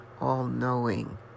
all-knowing